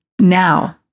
now